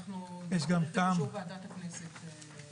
יש גם טעם --- צריך את אישור ועדת הכנסת למיזוג חוקים.